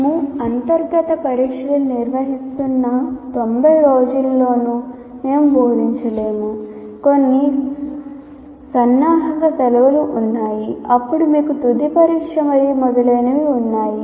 మేము అంతర్గత పరీక్షలు నిర్వహిస్తున్న 90 రోజులలోనూ మేము బోధించలేము కొన్ని సన్నాహక సెలవులు ఉన్నాయి అప్పుడు మీకు తుది పరీక్ష మరియు మొదలైనవి ఉన్నాయి